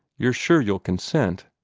you're sure you'll consent?